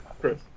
Chris